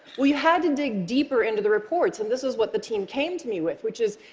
well, you had to dig deeper into the reports, and this is what the team came to me with, which is,